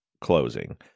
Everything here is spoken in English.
closing